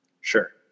sure